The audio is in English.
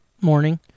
morning